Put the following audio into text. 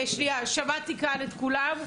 שנייה, שמעתי כאן את כולם.